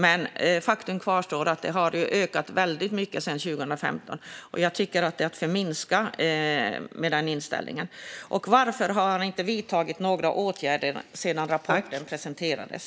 Men faktum kvarstår att dessa rån har ökat väldigt mycket sedan 2015. Och jag tycker att det är att förminska med den inställningen. Varför har han inte vidtagit några åtgärder sedan rapporten presenterades?